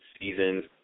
season's